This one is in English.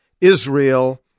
Israel